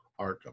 Arkham